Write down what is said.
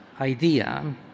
idea